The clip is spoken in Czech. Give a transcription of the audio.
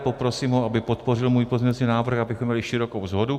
Poprosím ho, aby podpořil můj pozměňovací návrh, abychom měli širokou shodu.